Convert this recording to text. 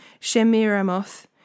Shemiramoth